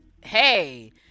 hey